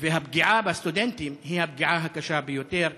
והפגיעה בסטודנטים היא הפגיעה הקשה ביותר.